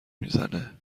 میزنه